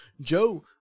Joe